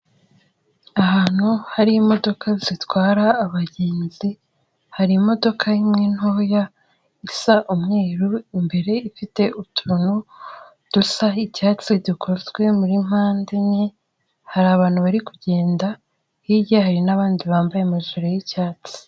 Ahantu hari imodoka zitwara abagenzi hari imodoka imwe ntoya isa umweru, imbere ifite utuntu dusa icyatsi dukozwe muri mpande enye, hari abantu bari kugenda, hirya hari n'abandi bambaye amajire y'icyatsi.